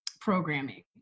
programming